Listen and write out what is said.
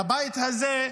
לבית הזה,